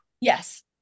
Yes